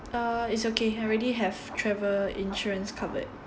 uh it's okay I already have travel insurance covered